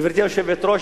גברתי היושבת-ראש,